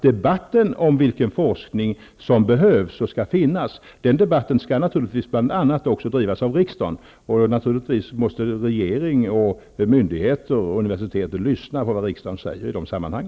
Debatten om vilken forskning som behövs och som skall finnas skall naturligtvis bl.a. också drivas av riksdagen, och givetvis måste regering, myndigheter och universitet lyssna på vad riksdagen säger i dessa sammanhang.